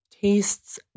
tastes